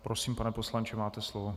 Prosím, pane poslanče, máte slovo.